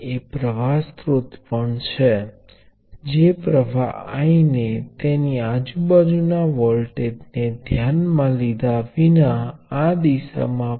હવે આમાંથી તે સ્પષ્ટ છે કે આને શૂન્યના વોલ્ટેજ સ્ત્રોત તરીકે રજૂ કરી શકાય છે જે શૂન્ય મૂલ્ય ના અવરોધ ની બરાબર છે